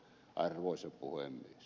arvoisa puhemies